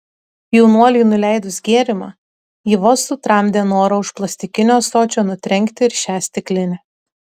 jaunuoliui nuleidus gėrimą ji vos sutramdė norą už plastikinio ąsočio nutrenkti ir šią stiklinę